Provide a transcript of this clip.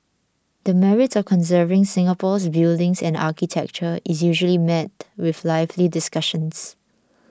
the merits of conserving Singapore's buildings and architecture is usually met with lively discussions